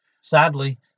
Sadly